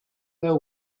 there